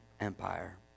Empire